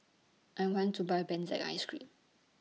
I want to Buy Benzac Ice Cream